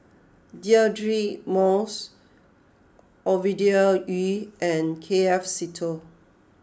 Deirdre Moss Ovidia Yu and K F Seetoh